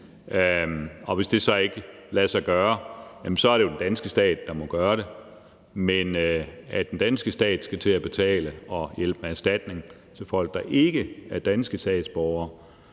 og hvis det så ikke lader sig gøre, jamen så er det jo den danske stat, der må gøre det. Men at den danske stat skal til at betale og hjælpe med erstatning til folk, der ikke er danske statsborgere,